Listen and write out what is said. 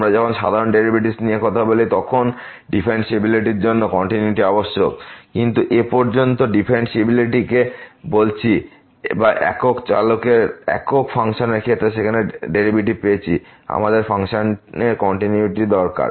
আমরা যখন সাধারণ ডেরিভেটিভস নিয়ে কথা বলি তখন differentiability এর জন্য কন্টিনিউয়িটি আবশ্যক কিন্তু এ পর্যন্ত আমরা differentiability কে বলেছি বা একক চলকের একক ফাংশনের ক্ষেত্রে সেখানে ডেরিভেটিভ পেয়েছি আমাদের ফাংশনের কন্টিনিউয়িটি দরকার